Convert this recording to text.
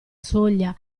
soglia